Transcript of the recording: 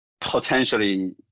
potentially